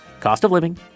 costofliving